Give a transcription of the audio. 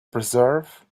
preserve